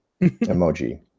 emoji